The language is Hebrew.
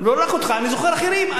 לא רק אותך, אני זוכר אחרים.